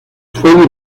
fue